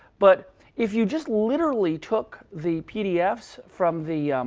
but if you just literally took the pdfs from the